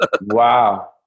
Wow